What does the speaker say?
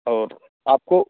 और आपको